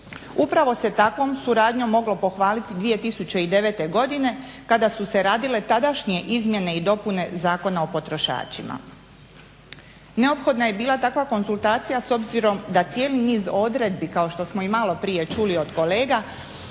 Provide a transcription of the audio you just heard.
Upravo se takvom suradnjom moglo pohvaliti 2009.godine kada su se radile tadašnje izmjene i dopune Zakona o potrošačima. Neophodna je bila takva konzultacija s obzirom da cijeli niz odredbi kao što smo i malo prije čuli od kolega